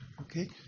Okay